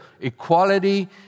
equality